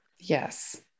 Yes